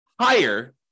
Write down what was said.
higher